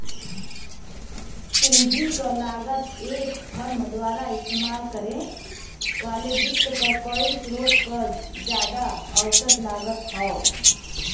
पूंजी क लागत एक फर्म द्वारा इस्तेमाल करे वाले वित्त क कई स्रोत क जादा औसत लागत हौ